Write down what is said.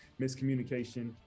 miscommunication